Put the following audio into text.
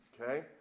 Okay